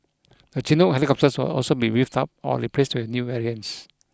the Chinook helicopters will also be beefed up or replaced with new variants